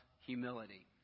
humility